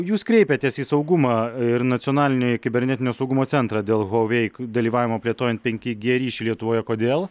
jūs kreipėtės į saugumą ir nacionalinio ir kibernetinio saugumo centrą dėl huavei dalyvavimo plėtojant penki gie ryšį lietuvoje kodėl